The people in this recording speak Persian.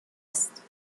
است